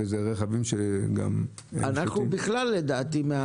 ואלה רכבים שגם ---- לדעתי אנחנו בכלל